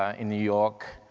ah in new york,